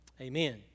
Amen